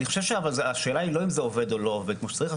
אני חושב שהשאלה היא לא אם זה עובד או לא עובד כמו שצריך.